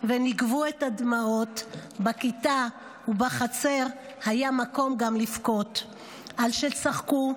וניגבו את הדמעות / בכיתה ובחצר היה מקום גם לבכות / על שצחקו,